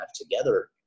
together